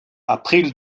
april